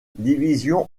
division